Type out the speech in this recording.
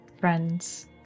friends